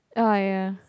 ah ya